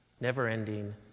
never-ending